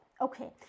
Okay